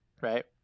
right